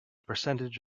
percentage